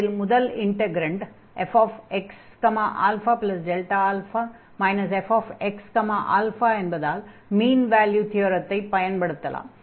அதில் முதல் integrand fxα fxα என்பதால் மீண் வேல்யூ தியரத்தை பயன்படுத்தலாம்